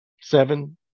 seven